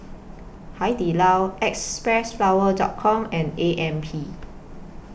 Hai Di Lao Xpressflower Com and A M P